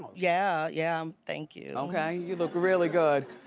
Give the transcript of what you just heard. yeah, yeah, thank you. okay you look really good.